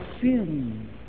sin